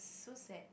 so sad